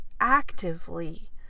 actively